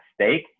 stake